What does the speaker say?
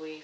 with